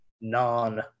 non